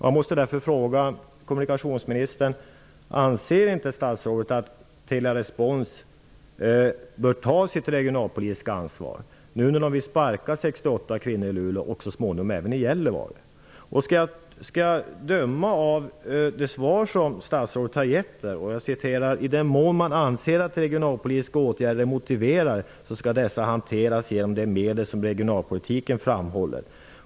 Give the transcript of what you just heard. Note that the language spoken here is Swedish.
Jag måste därför fråga kommunikationsministern: Anser inte statsrådet att Telerespons bör ta sitt regionalpolitiska ansvar, då man vill sparka 68 kvinnor i Luleå och så småningom även i Gällivare? I svaret säger statsrådet: ''I den mån man anser att regionalpolitiska åtgärder är motiverade skall dessa hanteras genom de medel som regionalpolitiken tillhandahåller.''